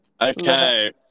okay